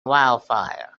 wildfire